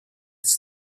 της